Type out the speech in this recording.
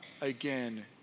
again